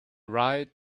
right